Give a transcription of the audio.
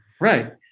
Right